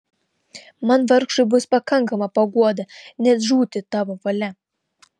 man vargšui bus pakankama paguoda net žūti tavo valia